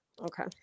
Okay